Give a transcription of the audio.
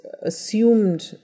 assumed